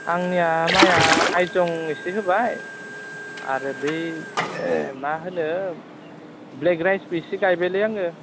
आंनिया माइआ आयजं एसे होबाय आरो बै माहोनो ब्लेक राइसबो एसे गायबायलै आङो